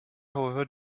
however